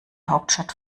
hauptstadt